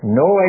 no